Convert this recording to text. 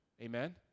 Amen